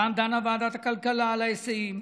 פעם דנה ועדת הכלכלה על ההיסעים,